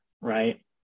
right